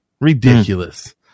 ridiculous